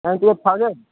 ninety five thousand